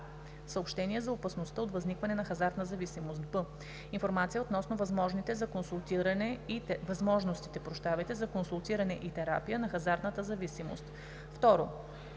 съобщение за опасността от възникване на хазартна зависимост; б) информация относно възможностите за консултиране и терапия на хазартна зависимост;